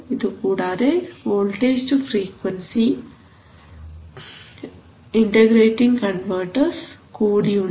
ഇതുകൂടാതെ voltage to frequency അല്ലെങ്കിൽ integrating converters കൂടിയുണ്ട്